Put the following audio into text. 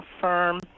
firm